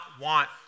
want